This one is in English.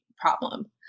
Problem